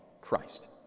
Christ